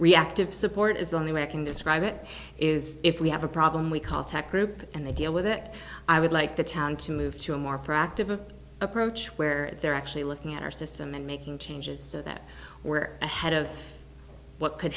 reactive support as the only way i can describe it is if we have a problem we call tech group and they deal with that i would like the town to move to a more proactive approach where they're actually looking at our system and making changes so that we're ahead of what could